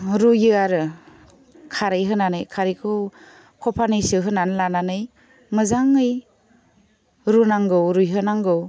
रुयो आरो खारै होनानै खारैखौ सफानैसो होनानै लानानै मोजाङै रुनांगौ रुइहोनांगौ